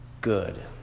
good